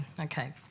Okay